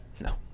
no